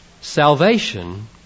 Salvation